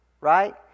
right